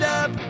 up